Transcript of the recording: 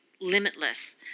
limitless